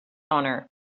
honor